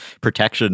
protection